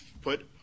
put